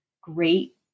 great